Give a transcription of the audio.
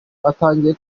atangiye